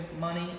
money